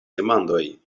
demandoj